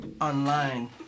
online